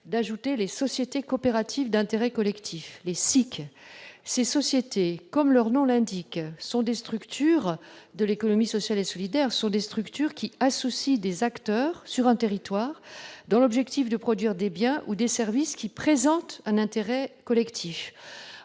structures déjà proposées dans le projet de loi. Ces sociétés, comme leur nom l'indique, sont des structures de l'économie sociale et solidaire qui associent des acteurs sur un territoire, avec comme objectif de produire des biens ou des services qui présentent un intérêt collectif.